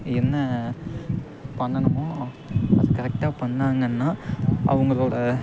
என்ன பண்ணணுமோ கரெக்டாக பண்ணாங்கன்னால் அவங்களோட